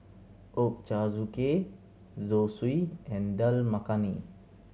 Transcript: Ochazuke Zosui and Dal Makhani